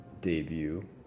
debut